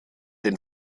den